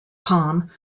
palm